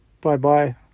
Bye-bye